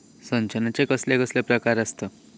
सिंचनाचे कसले कसले प्रकार आसत?